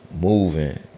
moving